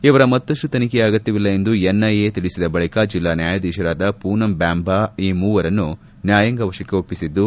ಇವರ ಮತ್ತಪ್ಪು ತನಿಖೆಯ ಅಗತ್ಯವಿಲ್ಲ ಎಂದು ಎನ್ಐಎ ತಿಳಿಸಿದ ಬಳಿಕ ಜಿಲ್ಲಾ ನ್ಯಾಯಾಧೀಶರಾದ ಪೂನಂ ಬ್ಯಾಂಬಾ ಈ ಮೂವರನ್ನು ನ್ಯಾಯಾಂಗ ವಶಕ್ಕೆ ಒಪ್ಪಿಸಿದ್ದು